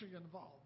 involved